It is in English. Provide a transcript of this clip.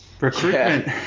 recruitment